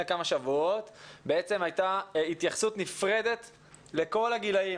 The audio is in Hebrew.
כמה שבועות הייתה התייחסות נפרדת לכל הגילאים.